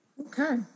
Okay